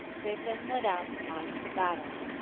they then led out the mice to battle,